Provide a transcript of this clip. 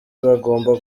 bagomba